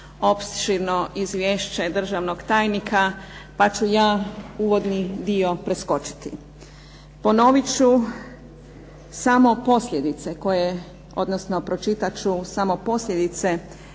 opširno izvješće državnog tajnika, pa ću ja uvodni dio preskočiti. Ponovit ću samo posljedice, odnosno pročitat ću samo posljedice